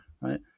Right